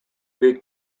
big